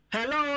Hello